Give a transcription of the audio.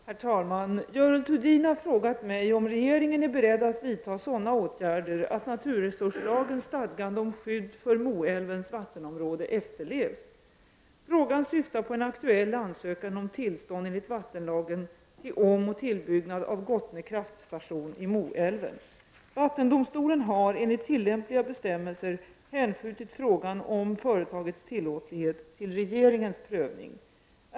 Herr talman! Görel Thurdin har frågat mig om regeringen är beredd att vidta sådana åtgärder att naturresurslagens stadgande om skydd för Moälvens vattenområde efterlevs. Frågan syftar på en aktuell ansökan om tillstånd enligt vattenlagen till omoch tillbyggnad av Gottne kraftstation i Moälven. Vattendomstolen har enligt tillämpliga bestämmelser hänskjutit frågan om företagets tillåtlighet till regeringens prövning.